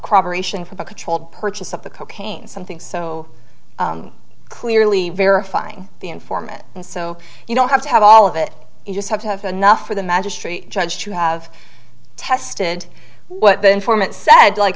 cooperation from a controlled purchase of the cocaine something so clearly verifying the informant and so you don't have to have all of it you just have to have enough for the magistrate judge to have tested what the informant said like